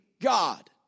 God